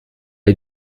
est